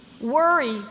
worry